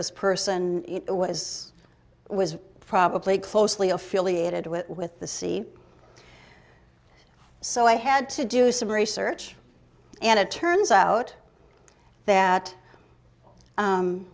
this person was was probably closely affiliated with with the sea so i had to do some research and it turns out that